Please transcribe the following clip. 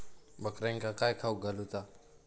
बकऱ्यांका काय खावक घालूचा?